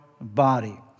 body